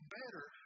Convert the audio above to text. better